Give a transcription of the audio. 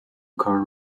car